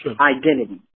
Identity